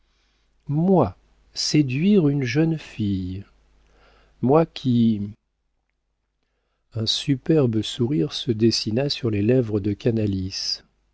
moi séduire une jeune fille moi qui un superbe sourire se dessina sur les lèvres de canalis